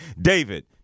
david